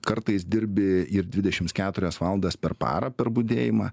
kartais dirbi ir dvidešims keturias valandas per parą per budėjimą